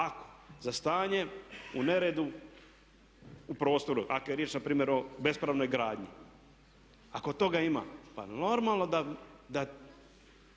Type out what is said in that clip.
ako za stanje u neredu u prostoru, ako je riječ npr. o bespravnoj gradnji, ako toga ima, pa normalno da